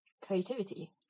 creativity